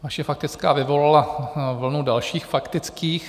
Vaše faktická vyvolala vlnu dalších faktických.